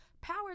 power